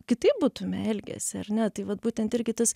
kitaip būtume elgęsi ar ne tai vat būtent irgi tas